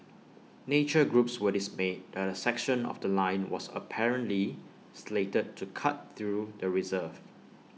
nature groups were dismayed that A section of The Line was apparently slated to cut through the reserve